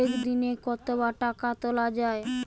একদিনে কতবার টাকা তোলা য়ায়?